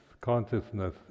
Consciousness